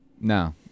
No